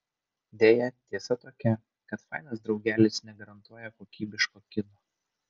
deja tiesa tokia kad fainas draugelis negarantuoja kokybiško kino